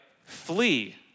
flee